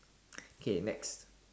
K next